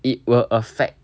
it will affect